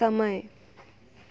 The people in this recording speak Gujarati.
સમય